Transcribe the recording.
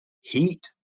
heat